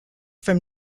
from